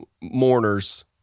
mourners